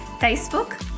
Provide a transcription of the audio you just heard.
facebook